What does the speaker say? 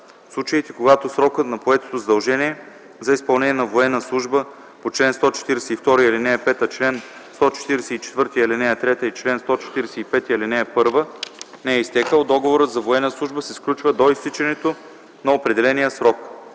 случаите, когато срокът на поетото задължение за изпълнение на военна служба по чл. 142, ал. 5, чл. 144, ал. 3 или чл. 145, ал. 1 не е изтекъл, договор за военна служба се сключва до изтичането на определения срок.